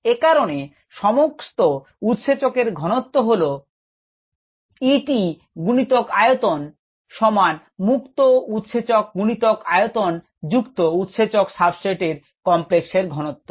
এ কারণে সমস্ত উৎসেচক এর ঘনত্ব হল Et গুণিতক আয়তন সমান মুক্ত উৎসেচক গুণিতক আয়তন যুক্ত উৎসেচক সাবস্ট্রেট এর কমপ্লেক্স এর ঘনত্ব